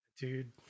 dude